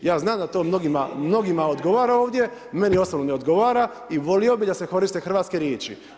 Ja znam da to mnogima odgovara ovdje, meni osobno ne odgovara i volio bih da se koriste hrvatske riječi.